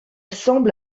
semble